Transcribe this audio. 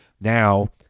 now